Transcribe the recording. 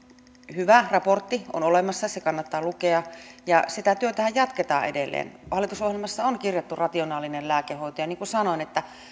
hyvä raportti on olemassa se kannattaa lukea ja sitä työtähän jatketaan edelleen hallitusohjelmassa on kirjattu rationaalinen lääkehoito ja niin kuin sanoin